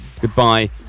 Goodbye